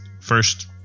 first